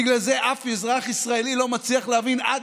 בגלל זה שום אזרח ישראלי לא מצליח להבין עד